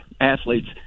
athletes